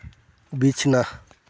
ᱵᱤᱪᱷᱱᱟᱹ